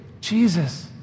Jesus